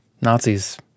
Nazis